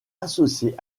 associée